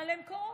אבל הן קורות.